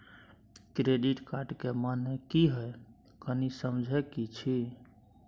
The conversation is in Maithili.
क्रेडिट कार्ड के माने की हैं, कनी समझे कि छि?